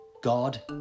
god